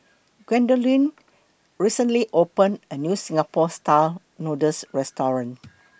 Gwendolyn recently opened A New Singapore Style Noodles Restaurant